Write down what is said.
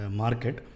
market